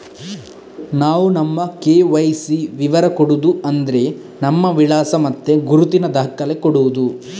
ನಾವು ನಮ್ಮ ಕೆ.ವೈ.ಸಿ ವಿವರ ಕೊಡುದು ಅಂದ್ರೆ ನಮ್ಮ ವಿಳಾಸ ಮತ್ತೆ ಗುರುತಿನ ದಾಖಲೆ ಕೊಡುದು